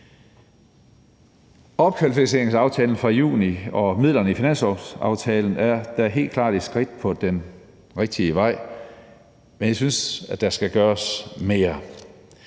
Opkvalificeringsaftalen fra juni og midlerne i finanslovsaftalen er da helt klart et skridt i den rigtige retning, men jeg synes, at der skal gøres mere.